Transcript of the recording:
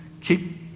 Keep